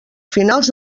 finals